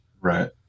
Right